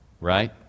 right